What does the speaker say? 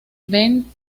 ben